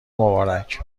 مبارک